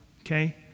okay